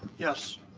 yes.